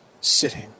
sitting